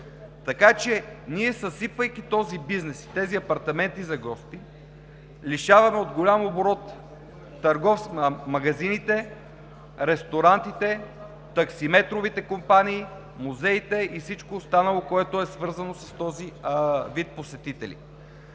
магазини. Ние, съсипвайки този бизнес и тези апартаменти за гости, лишаваме от голям оборот магазините, ресторантите, таксиметровите компании, музеите и всичко останало, което е свързано с този вид посетители.